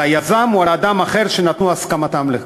על היזם או על אדם אחר שנתנו הסכמתם לכך.